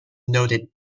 noted